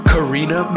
Karina